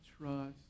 trust